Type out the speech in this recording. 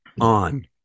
on